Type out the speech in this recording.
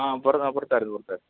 ആ പുറത്തായിരുന്നു പുറത്തായിരുന്നു